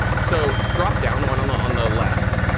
so dropdown, the one on the on the left,